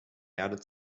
erde